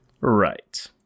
Right